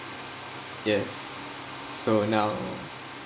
yes so now